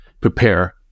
prepare